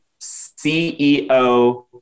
CEO